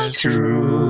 true